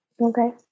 Okay